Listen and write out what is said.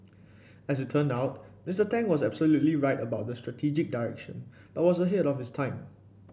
as it turned out Mister Tang was absolutely right about the strategic direction but was ahead of his time